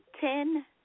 ten